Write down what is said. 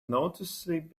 noticeably